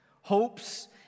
Hopes